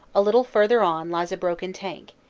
a little further on lies a broken tank,